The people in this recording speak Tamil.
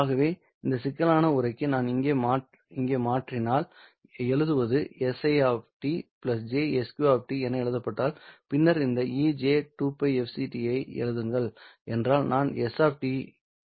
ஆகவே இந்த சிக்கலான உறைக்கு நான் இங்கே மாற்றினால் எழுதுவது s i jsq என எழுதப்பட்டால் பின்னர் இந்த e j2πfct ஐ எழுதுங்கள் என்றால் நான் s என்றால் என்ன என்பதைப் பெற முடியும்